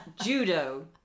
judo